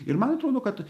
ir man atrodo kad